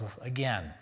again